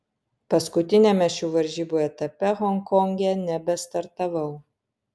paskutiniame šių varžybų etape honkonge nebestartavau